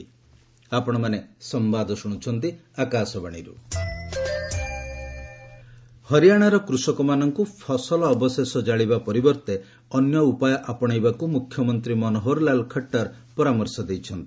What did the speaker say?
Khattar stubble ହରିଆଣାର କୂଷକମାନଙ୍କୁ ଫସଲ ମୂଳ ଜାଳିବା ପରିବର୍ତ୍ତେ ଅନ୍ୟ ଉପାୟ ଆପଣେଇବାକୁ ମୁଖ୍ୟମନ୍ତ୍ରୀ ମନୋହରଲାଲ ଖଟ୍ଟର ପରାମର୍ଶ ଦେଇଛନ୍ତି